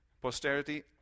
posterity